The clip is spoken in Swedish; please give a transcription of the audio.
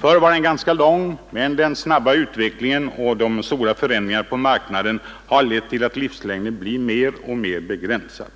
Förr var denna ganska lång, men den snabba utvecklingen och de stora förändringarna på marknaden har lett till att livslängden blir mer och mer begränsad.